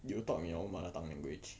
you will talk in your own mother tongue language